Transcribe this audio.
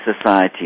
society